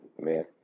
man